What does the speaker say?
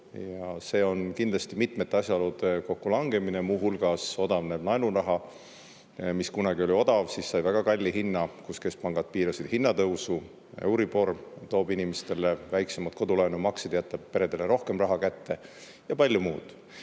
See on kindlasti mitmete asjaolude kokkulangemine. Muu hulgas odavneb laenuraha, mis kunagi oli odav, siis sai väga kalli hinna, kus keskpangad piirasid hinnatõusu. Euribor toob inimestele väiksemaid kodulaenu maksed, jätab peredele rohkem raha kätte, ja palju muud,